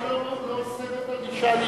ההלכה לא אוסרת על אישה להיות,